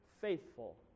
faithful